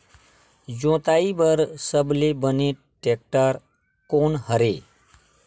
जोताई बर सबले बने टेक्टर कोन हरे?